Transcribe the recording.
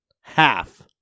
half